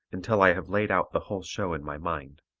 until i have laid out the whole show in my mind.